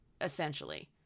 essentially